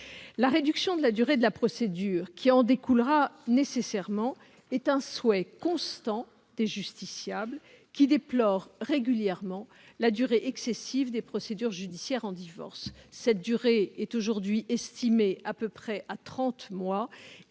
La réduction de la durée de la procédure qui en découlera nécessairement est un souhait constant des justiciables, qui déplorent régulièrement la durée excessive des procédures judiciaires en divorce. Cette durée est aujourd'hui estimée à peu près à trente mois